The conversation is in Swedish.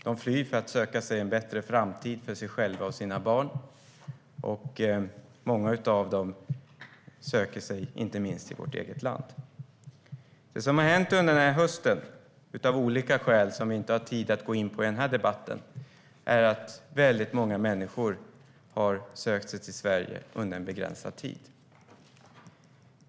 De flyr för att söka en bättre framtid för sig själva och sina barn, och många av dem söker sig inte minst till vårt land. Det som har hänt under den här hösten, av olika skäl som vi inte har tid att gå in på i den här debatten, är att väldigt många människor har sökt sig till Sverige under en begränsad tid.